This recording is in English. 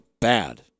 bad